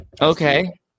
Okay